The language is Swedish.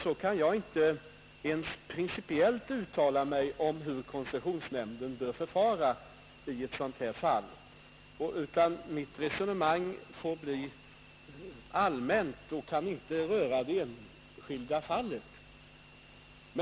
Därför kan jag inte ens principiellt uttala mig om hur koncessionsnämnden bör förfara i ett sådant här fall. Mitt resonemang får därför bli allmänt och kan inte röra det enskilda fallet.